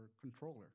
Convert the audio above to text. controller